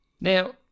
Now